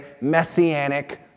messianic